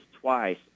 twice